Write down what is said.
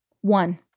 One